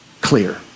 clear